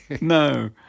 no